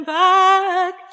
back